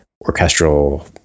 orchestral